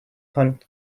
hunt